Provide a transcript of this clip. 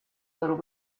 little